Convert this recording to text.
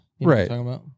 right